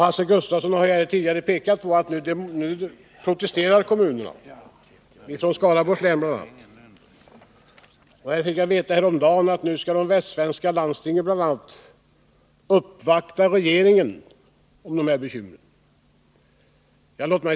Hans Gustafsson har tidigare pekat på att kommunerna nu protesterar, bl.a. kommunerna i Skaraborgs län. Jag fick häromdagen veta att de västsvenska landstingen skall uppvakta regeringen om dessa bekymmer.